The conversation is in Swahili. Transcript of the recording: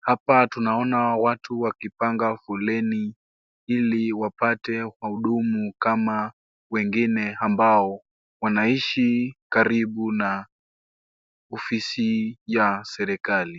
Hapa tunaona watu wakipanga foleni ili wapate wahudumu kama wengine ambao wanaishi karibu na ofisi ya serikali.